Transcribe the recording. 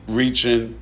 reaching